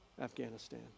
Afghanistan